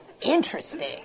interesting